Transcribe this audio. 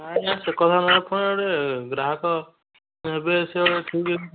ନା ଆଜ୍ଞା ସେକଥା ନୁହେଁ ଆପଣ ଗୋଟେ ଗ୍ରାହକ ନେବେ ସିଏ ଗୋଟେ ଠିକ୍